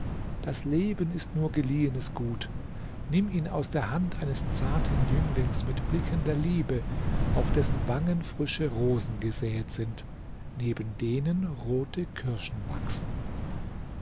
das leben ist nur geliehenes gut nimm ihn aus der hand eines zarten jünglings mit blicken der liebe auf dessen wangen frische rosen gesäet sind neben denen rote kirschen wachsen